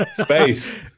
Space